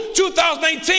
2019